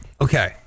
Okay